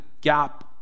gap